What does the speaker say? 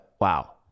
Wow